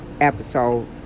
episode